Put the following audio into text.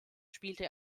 spielte